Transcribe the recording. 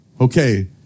Okay